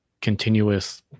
continuous